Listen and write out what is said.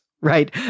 right